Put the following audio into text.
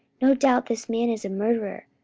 no doubt this man is a murderer,